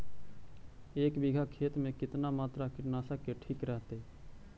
एक बीघा खेत में कितना मात्रा कीटनाशक के ठिक रहतय?